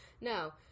Now